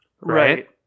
Right